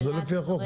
זה לפי החוק,